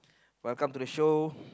welcome to the show